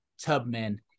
Tubman